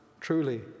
truly